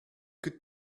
could